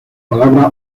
palabra